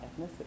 ethnicity